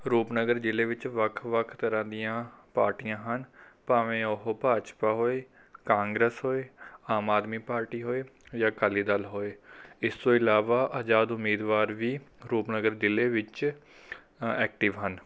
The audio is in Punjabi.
ਰੂਪਨਗਰ ਜ਼ਿਲ੍ਹੇ ਵਿੱਚ ਵੱਖ ਵੱਖ ਤਰ੍ਹਾਂ ਦੀਆਂ ਪਾਰਟੀਆਂ ਹਨ ਭਾਵੇਂ ਉਹ ਭਾਜਪਾ ਹੋਏ ਕਾਂਗਰਸ ਹੋਏ ਆਮ ਆਦਮੀ ਪਾਰਟੀ ਹੋਏ ਜਾਂ ਅਕਾਲੀ ਦਲ ਹੋਏ ਇਸ ਤੋਂ ਇਲਾਵਾ ਅਜ਼ਾਦ ਉਮੀਦਵਾਰ ਵੀ ਰੂਪਨਗਰ ਜ਼ਿਲ੍ਹੇ ਵਿੱਚ ਐਕਟਿਵ ਹਨ